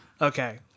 Okay